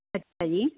ਅੱਛਾ ਜੀ